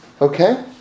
Okay